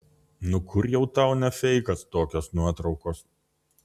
nu kur jau tau ne feikas tokios nuotraukos